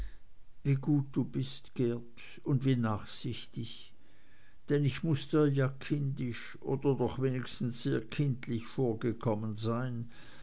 wie gut du bist geert und wie nachsichtig denn ich muß dir ja kindisch oder doch wenigstens sehr kindlich vorgekommen sein